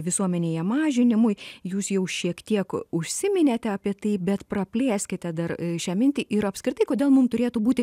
visuomenėje mažinimui jūs jau šiek tiek užsiminėte apie tai bet praplėskite dar šią mintį ir apskritai kodėl mum turėtų būti